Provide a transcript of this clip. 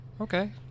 Okay